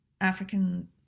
African